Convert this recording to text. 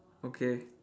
okay